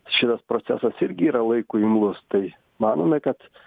šitas procesas irgi yra laikui imlus tai manome kad